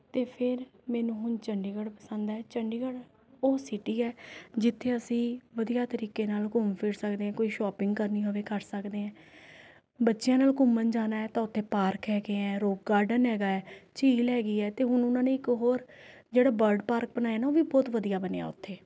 ਅਤੇ ਫੇਰ ਮੈਨੂੰ ਹੁਣ ਚੰਡੀਗੜ੍ਹ ਪਸੰਦ ਹੈ ਚੰਡੀਗੜ੍ਹ ਉਹ ਸਿਟੀ ਹੈ ਜਿੱਥੇ ਅਸੀਂ ਵਧੀਆ ਤਰੀਕੇ ਨਾਲ ਘੁੰਮ ਫਿਰ ਸਕਦੇ ਹਾਂ ਕੋਈ ਸ਼ੋਪਿੰਗ ਕਰਨੀ ਹੋਵੇ ਕਰ ਸਕਦੇ ਹੈ ਬੱਚਿਆਂ ਨਾਲ ਘੁੰਮਣ ਜਾਣਾ ਹੈ ਤਾਂ ਉੱਥੇ ਪਾਰਕ ਹੈਗੇ ਹੈ ਰੌਕ ਗਾਰਡਨ ਹੈਗਾ ਹੈ ਝੀਲ ਹੈਗੀ ਹੈ ਅਤੇ ਹੁਣ ਉਹਨਾਂ ਨੇ ਇੱਕ ਹੋਰ ਜਿਹੜਾ ਬਰਡ ਪਾਰਕ ਬਣਾਇਆ ਨਾ ਉਹ ਵੀ ਬਹੁਤ ਵਧੀਆ ਬਣਿਆ ਉੱਥੇ